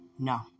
no